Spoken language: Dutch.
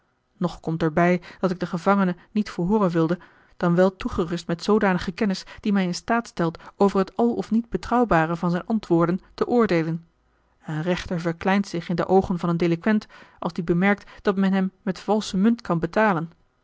komt er bij dat ik den gevangene niet verhooren wilde dan wel toegerust met zoodanige kennis die mij in staat stelt over het al of niet betrouwbare van zijne antwoorden te oordeelen een rechter verkleint zich in de oogen van een delinquent als die bemerkt dat men hem met valsche munt kan betalen